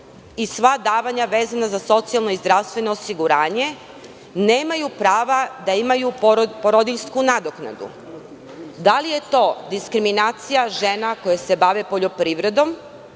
i sva davanja vezana za socijalno i zdravstveno osiguranje, nemaju prava da imaju porodiljsku nadoknadu? Da li je to diskriminacija žena koje se bave poljoprivredom,